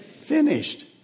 finished